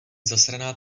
zasraná